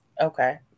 Okay